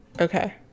okay